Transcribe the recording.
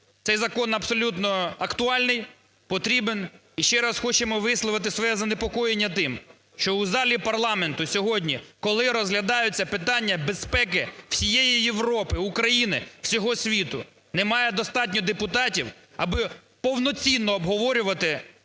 Цей закон абсолютно актуальний, потрібен. І ще раз хочемо висловити своє занепокоєння тим, що у залі парламенту сьогодні, коли розглядаються питання безпеки всієї Європи, України, всього світу, немає достатньо депутатів, аби повноцінно обговорювати